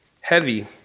heavy